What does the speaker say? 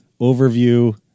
overview